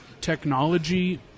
technology